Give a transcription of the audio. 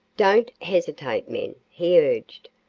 don't hesitate, men, he urged.